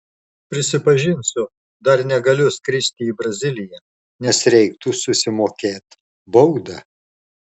prisipažinsiu dar negaliu skristi į braziliją nes reiktų susimokėt baudą